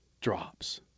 drops